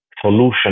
solution